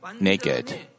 naked